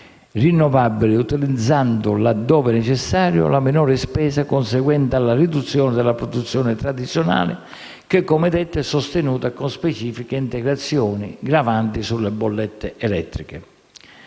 rinnovabili, utilizzando, laddove necessario, la minore spesa conseguente alla riduzione della produzione tradizionale che - come detto - è sostenuta con specifiche integrazioni gravanti sulle bollette elettriche.